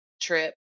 trip